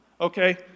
Okay